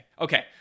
Okay